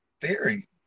Theory